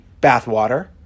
bathwater